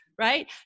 right